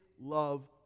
love